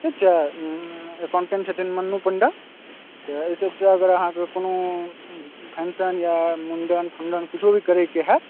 ठीक छै अकाउंटेंट छथिन मनु पण्डा तऽ एतोके अगर अहाँकेॅं कोनो फ़ंक्शन या मुण्डन फुण्डन कुछो भी करैक हैत